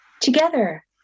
together